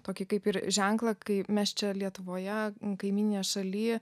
tokį kaip ir ženklą kai mes čia lietuvoje kaimyninėje šaly